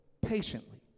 patiently